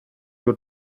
your